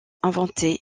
inventé